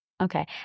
Okay